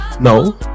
No